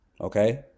Okay